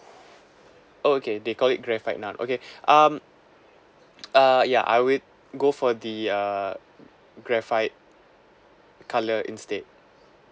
oh okay they called it graphite now okay um uh ya I will go for the uh graphite colour instead